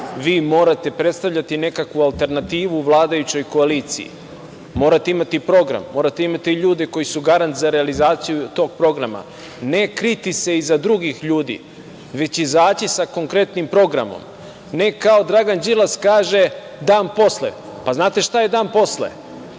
vi morate predstavljati nekakvu alternativu vladajućoj koaliciji, morate imati program, morate da imate ljude koji su garant za realizaciju tog programa, ne kriti se iza drugih ljudi, već izađi sa konkretnim programom. Ne kao, Dragan Đilas kaže dan posle. Znate šta je dan posle?